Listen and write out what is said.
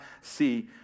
see